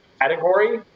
category